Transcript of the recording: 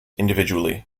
individually